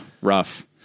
rough